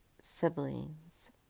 siblings